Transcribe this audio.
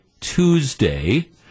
Tuesday